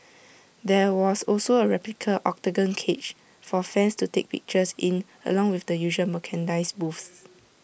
there was also A replica Octagon cage for fans to take pictures in along with the usual merchandise booths